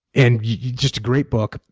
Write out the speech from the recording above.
and yeah just a great book.